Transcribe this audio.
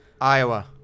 Iowa